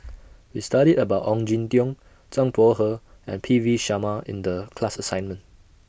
We studied about Ong Jin Teong Zhang Bohe and P V Sharma in The class assignment